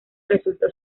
resultó